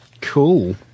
Cool